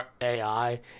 AI